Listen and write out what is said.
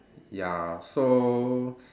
ya so